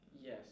Yes